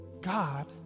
God